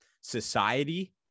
society –